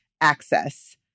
access